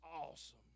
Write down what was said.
awesome